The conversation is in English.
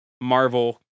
Marvel